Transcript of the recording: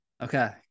okay